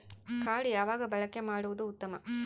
Card ಯಾವಾಗ ಬಳಕೆ ಮಾಡುವುದು ಉತ್ತಮ?